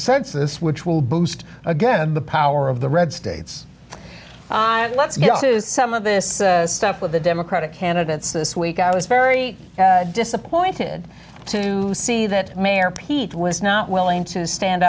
census which will boost again the power of the red states let's get to some of this stuff with the democratic candidates this week i was very disappointed to see that mayor pete was not willing to stand